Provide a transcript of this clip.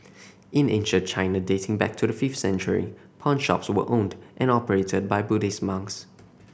in ancient China dating back to the fifth century pawnshops were owned and operated by Buddhist monks